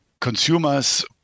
consumers